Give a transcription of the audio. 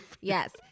yes